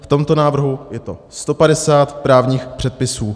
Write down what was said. V tomto návrhu je to 150 právních předpisů.